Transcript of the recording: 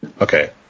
Okay